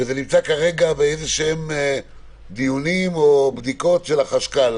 וזה נמצא כרגע באיזשהם דיונים או בדיקות של החשכ"ל.